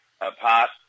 apart